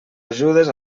ajudes